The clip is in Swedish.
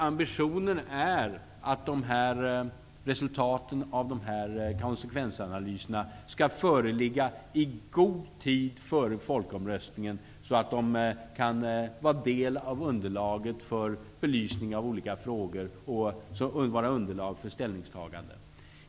Ambitionen är att resultaten av konsekvensanalyserna skall föreligga i god tid före folkomröstningen, så att de kan vara en del av underlaget för belysning av olika frågor och vara underlag för ställningstaganden.